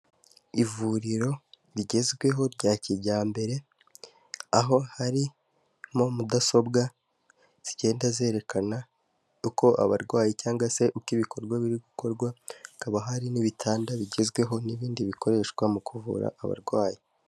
Ivuriro rigezweho rya kijyambere aho harimo mudasobwa zigenda zerekana uko abarwayi cyangwa se uko ibikorwa biri gukorwa hakaba hari n'ibitanda bigezweho n'ibindi bikoreshwa mu kuvura abarwayi.